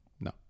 no